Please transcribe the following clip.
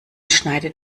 schneidet